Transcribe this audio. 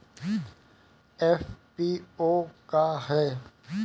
FPO का ह?